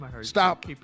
stop